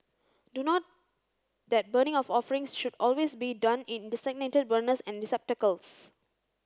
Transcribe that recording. do not that burning of offerings should always be done in designated burners and receptacles